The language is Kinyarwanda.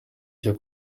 cyo